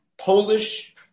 Polish